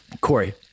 Corey